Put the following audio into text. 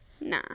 Nah